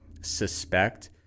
suspect